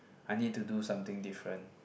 I need to do something different